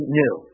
new